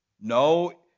No